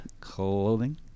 Clothing